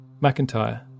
McIntyre